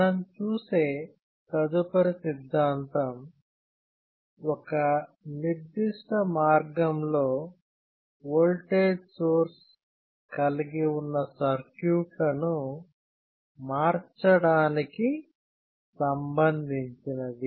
మనం చూసే తదుపరి సిద్ధాంతం ఒక నిర్దిష్ట మార్గంలో ఓల్టేజ్ సోర్స్ కలిగి ఉన్న సర్క్యూట్ లను మార్చడానికి సంబంధించినది